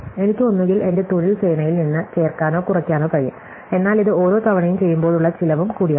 എനിക്ക് ഒന്നുകിൽ എന്റെ തൊഴിൽ സേനയിൽ നിന്ന് ചേർക്കാനോ കുറയ്ക്കാനോ കഴിയും എന്നാൽ ഇത് ഓരോ തവണയും ചെയ്യുമ്പോഴുള്ള ചെലവും കൂടിയാണ്